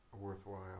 worthwhile